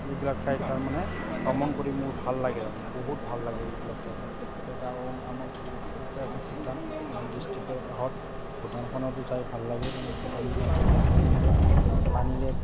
এইবিলাক ঠাইত তাৰমানে ভ্ৰমণ কৰি মোৰ ভাল লাগে তাৰমানে বহুত ভাল লাগে এইবিলাক ঠাই তাৰ আমাৰ ওচৰতে আছে ভূটান আমাৰ ডিষ্ট্ৰিক্টৰ কাষত ভূটানখনতো যাই ভাল লাগে তাৰমানে ভূটানবিলাকত তাৰমানে পানীৰে